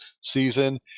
season